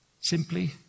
simply